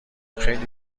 خیلی